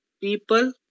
people